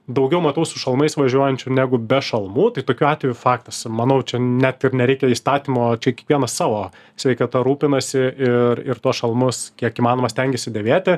daugiau matau su šalmais važiuojančių negu be šalmų tai tokiu atveju faktas manau čia net ir nereikia įstatymo čia kiekvienas savo sveikata rūpinasi ir ir tuos šalmus kiek įmanoma stengiasi dėvėti